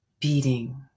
beating